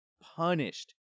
punished